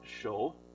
show